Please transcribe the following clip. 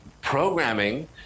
programming